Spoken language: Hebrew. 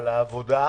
על העבודה.